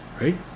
right